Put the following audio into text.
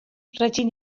rydyn